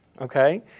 Okay